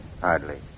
hardly